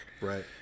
Right